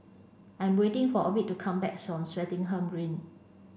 I'm waiting for Ovid to come back soon Swettenham Green